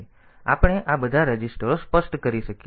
તેથી આપણે આ બધા રજીસ્ટરો સ્પષ્ટ કરી શકીએ છીએ